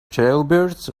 jailbirds